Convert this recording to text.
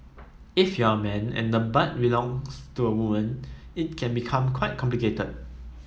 if you're a man and the butt belongs to a woman it can become quite complicated